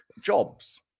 jobs